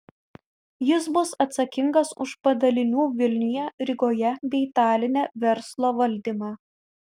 jis bus atsakingas už padalinių vilniuje rygoje bei taline verslo valdymą